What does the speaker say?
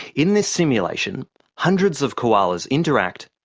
in this simulation hundreds of koalas interact,